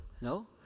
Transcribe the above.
No